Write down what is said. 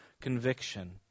conviction